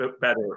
better